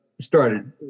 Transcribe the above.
started